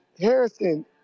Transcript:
Harrison